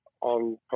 on